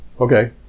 Okay